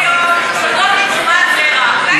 אדוני, יותר בנות דתיות היום יולדות מתרומת זרע,